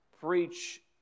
preach